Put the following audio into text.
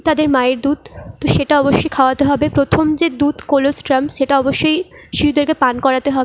তাদের মায়ের দুধ তো সেটা অবশ্যই খাওয়াতে হবে প্রথম যে দুধ কলেস্ট্রাম সেটা অবশ্যই শিশুদেরকে পান করাতে হবে